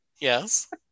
yes